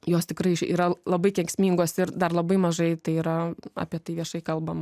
jos tikrai yra labai kenksmingos ir dar labai mažai tai yra apie tai viešai kalbama